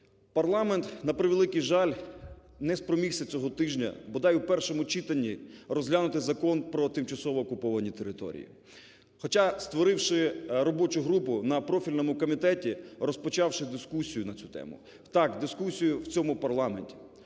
Парламент, на превеликий жаль, не спромігся цього тижня бодай у першому читанні розглянути Закон про тимчасово окуповані території, хоча, створивши робочу групу на профільному комітеті, розпочавши дискусію на цю тему, так дискусію в цьому парламенті.